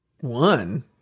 one